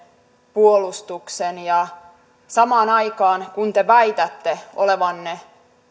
puolustuksen samaan aikaan kun te väitätte olevanne